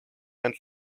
and